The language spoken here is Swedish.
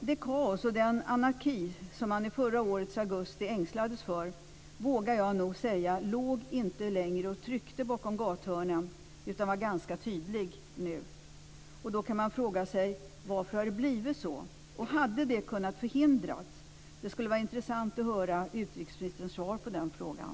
Det kaos och den anarki som man i förra årets augusti ängslades för vågar jag nog säga inte längre låg och tryckte bakom gathörnen utan var ganska tydliga. Då kan man fråga sig: Varför har det blivit så, och hade det kunnat förhindras? Det skulle vara intressant att höra utrikesministerns svar på den frågan.